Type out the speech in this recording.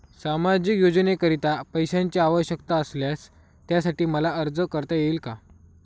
सामाजिक योजनेकरीता पैशांची आवश्यकता असल्यास त्यासाठी मला अर्ज करता येईल का?